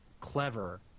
clever